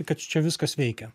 kad čia viskas veikia